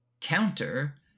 counter